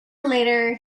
later